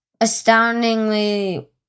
astoundingly